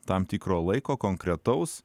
tam tikro laiko konkretaus